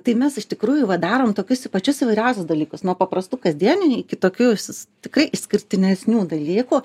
tai mes iš tikrųjų va darom tokius pačius įvairiausius dalykus nuo paprastų kasdieninių iki tokių sis tikrai išskirtinesnių dalykų